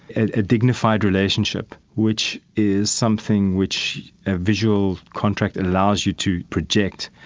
and a dignified relationship, which is something which a visual contract and allows you to project.